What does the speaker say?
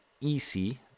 easy